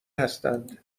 هستند